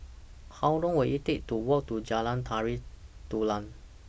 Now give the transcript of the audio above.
How Long Will IT Take to Walk to Jalan Tari Dulang